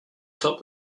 stop